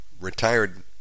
retired